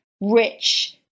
rich